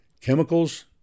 chemicals